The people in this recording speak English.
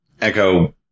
Echo